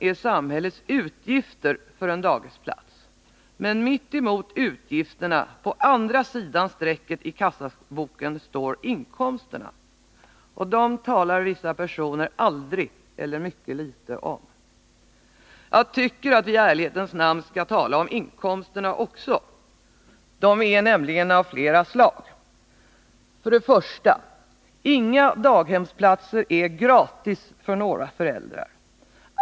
är samhällets utgifter för en dagisplats, men mittemot dessa på andra sidan strecket i kassaboken står inkomsterna — och dem talar vissa personer aldrig eller mycket litet om. Jag tycker att vi i ärlighetens namn skall tala om inkomsterna också. De är nämligen av flera slag. För det första: Inga daghemsplatser är gratis för föräldrarna.